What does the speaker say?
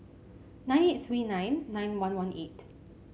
nine eight three nine nine one one eight